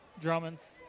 Drummonds